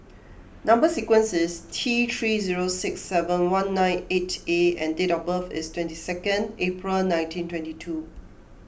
Number Sequence is T three zero six seven one nine eight A and date of birth is twenty second April nineteen twenty two